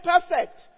perfect